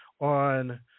on